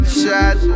shot